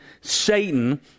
Satan